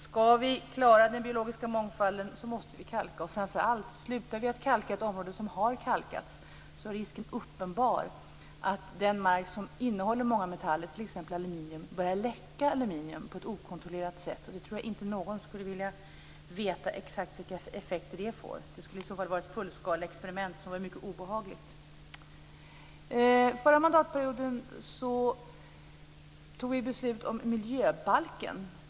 Skall vi klara den biologiska mångfalden måste vi kalka, och framför allt: Slutar vi att kalka ett område som har kalkats är risken uppenbar att den mark som innehåller många metaller, t.ex. aluminium, börjar läcka detta aluminium på ett okontrollerat sätt. Jag tror inte att någon skulle vilja veta exakt vilka effekter det får. Det skulle i så fall vara ett fullskaleexperiment som var mycket obehagligt. Förra mandatperioden fattade vi beslut om miljöbalken.